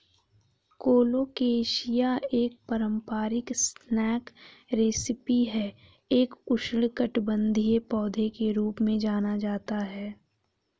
colocasia एक पारंपरिक snack recipe है एक उष्णकटिबंधीय पौधा के रूप में जाना जाता है